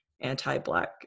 anti-black